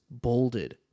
bolded